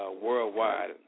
worldwide